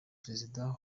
perezida